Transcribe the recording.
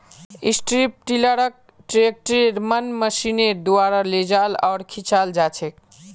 strip टीलारक ट्रैक्टरेर मन मशीनेर द्वारा लेजाल आर खींचाल जाछेक